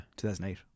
2008